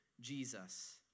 Jesus